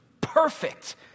perfect